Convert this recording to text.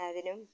അതിലും